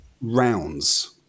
Rounds